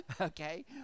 Okay